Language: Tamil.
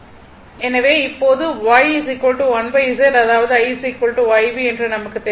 எனவே இப்போது Y 1 Z அதாவது I YV என்று நமக்கு தெரியும்